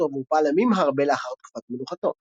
והוא פעל ימים הרבה לאחר תקופת מלוכתו.